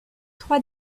trois